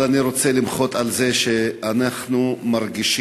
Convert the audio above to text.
אבל אני רוצה למחות על זה שאנחנו מרגישים,